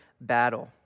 battle